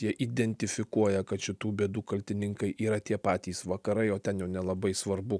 jie identifikuoja kad šitų bėdų kaltininkai yra tie patys vakarai o ten nelabai svarbu